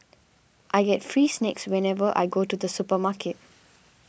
I get free snacks whenever I go to the supermarket